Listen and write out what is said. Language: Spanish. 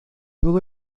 todo